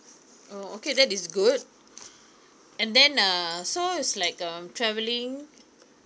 oh okay that is good and then uh so it's like um travelling